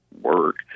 work